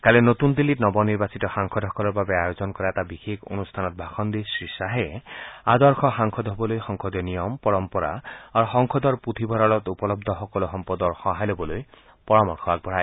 কালি নতুন দিল্লীত নৱ নিৰ্বাচিত সাংসদসকলৰ বাবে আয়োজন কৰা বিশেষ অনুষ্ঠানত ভাষণ দি শ্ৰীশ্বাহে আদৰ্শ সাংসদ হবলৈ সংসদীয় নিয়ম পৰম্পৰা আৰু সংসদৰ পৃথিভঁৰালত উপলব্ধ সকলো সম্পদৰ সহায় লবলৈ পৰামৰ্শ আগবঢ়ায়